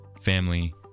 family